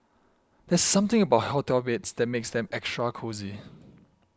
there's something about hotel beds that makes them extra cosy